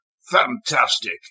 Fantastic